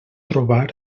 trobar